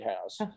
house